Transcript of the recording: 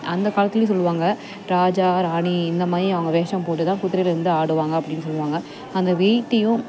அந்த காலத்துலேயே சொல்வாங்க ராஜா ராணி இந்தமாதிரி அவங்க வேஷம் போட்டு தான் குதிரைலேருந்து ஆடுவாங்க அப்படின்னு சொல்வாங்க அந்த வெயிட்டையும்